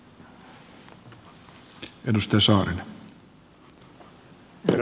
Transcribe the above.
herra puhemies